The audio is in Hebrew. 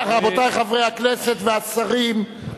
רבותי חברי הכנסת והשרים,